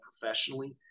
professionally